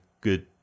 good